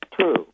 true